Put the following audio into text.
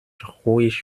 ruhig